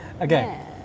Okay